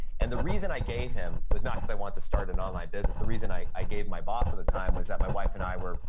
and the reason i gave him was not that i want to start an online business. the reason i i gave my boss at the time was that my wife and i were,